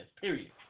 period